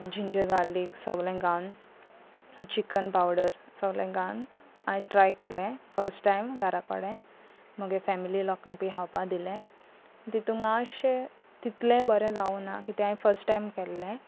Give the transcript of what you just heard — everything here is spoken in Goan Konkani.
जिंजर गार्लीक सगलें घालून चिकन पावडर सगलें घालून हांवें ट्राय केले फस्ट टायम घरा कडेन म्हगे फॅमिली लोकांकूय खावपा दिले तितूंक मातशे तितलेंय बरें जावूं ना की ते हांवें फस्ट टायम केल्लें